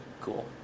cool